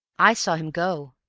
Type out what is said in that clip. i saw him go,